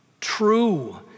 True